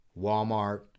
Walmart